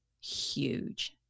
huge